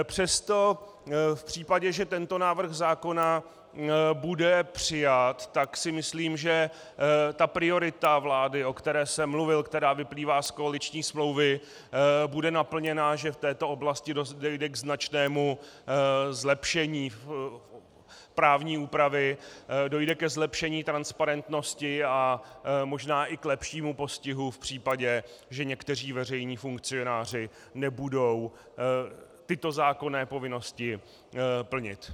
Přesto v případě, že tento návrh zákona bude přijat, tak si myslím, že ta priorita vlády, o které jsem mluvil, která vyplývá z koaliční smlouvy, bude naplněna, že v této oblasti dojde ke značnému zlepšení právní úpravy, dojde ke zlepšení transparentnosti a možná i k lepšímu postihu v případě, že někteří veřejní funkcionáři nebudou tyto zákonné povinnosti plnit.